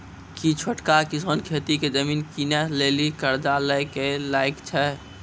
कि छोटका किसान खेती के जमीन किनै लेली कर्जा लै के लायक छै?